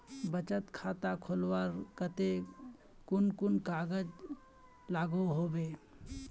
बचत खाता खोलवार केते कुन कुन कागज लागोहो होबे?